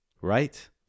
Right